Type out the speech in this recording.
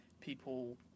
people